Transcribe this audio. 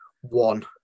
one